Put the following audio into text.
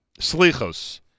Slichos